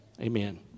amen